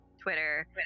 Twitter